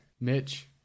Mitch